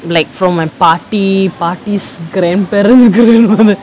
black from my poppy parties graham bedrooms